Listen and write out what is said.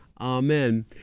Amen